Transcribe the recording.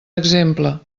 exemple